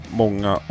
många